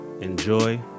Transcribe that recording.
enjoy